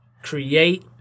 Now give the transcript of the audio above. Create